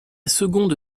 seconde